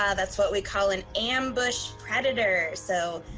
ah that's what we call an ambush predator. so,